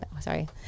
sorry